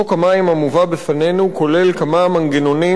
חוק המים המובא בפנינו כולל כמה מנגנונים